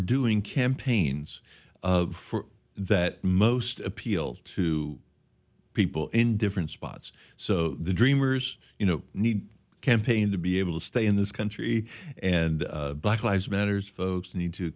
doing campaigns for that most appeals to people in different spots so the dreamers you know need campaign to be able to stay in this country and black lives matters folks need to